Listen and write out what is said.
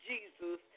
Jesus